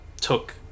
took